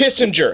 Kissinger